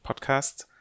podcast